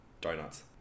Donuts